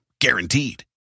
Guaranteed